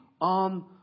on